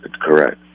correct